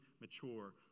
mature